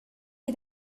est